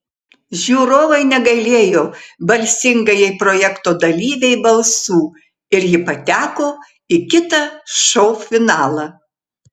žiūrovai negailėjo balsingajai projekto dalyvei balsų ir ji pateko į kitą šou finalą